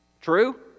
true